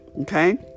Okay